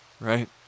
right